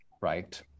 right